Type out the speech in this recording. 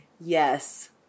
Yes